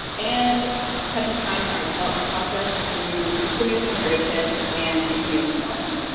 and cutting time in our development process through continuous integration and continuous development.